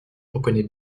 reconnais